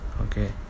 okay